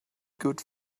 good